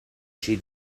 she